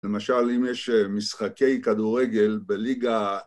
למשל אם יש משחקי כדורגל בליגה...